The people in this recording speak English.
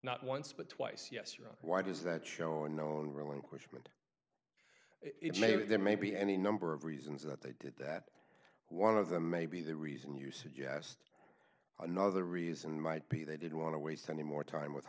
not once but twice yes or no why does that show unknown relinquishment it may be there may be any number of reasons that they did that one of them may be the reason you suggest another reason might be they didn't want to waste any more time with